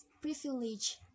privilege